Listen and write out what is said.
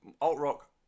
alt-rock